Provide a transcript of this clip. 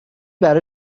برا